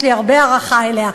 יש לי הרבה הערכה אליה,